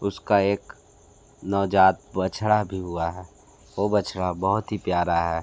उसका एक नवजात बछड़ा भी हुआ है वह बछड़ा बहुत ही प्यारा है